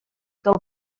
del